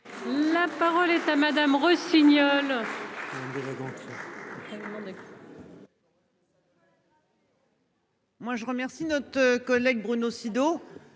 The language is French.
La parole est à Madame Rossignol.